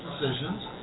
decisions